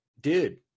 dude